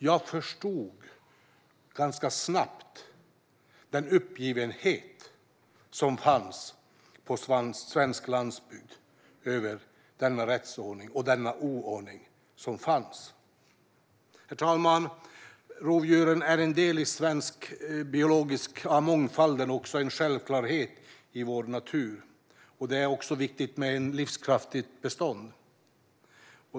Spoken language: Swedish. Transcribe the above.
Jag förstod ganska snabbt den uppgivenhet som fanns på svensk landsbygd över denna rättsordning och oordning. Herr talman! Rovdjuren är en del av den svenska biologiska mångfalden och en självklarhet i vår natur. Det är också viktigt med ett livskraftigt bestånd.